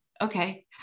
Okay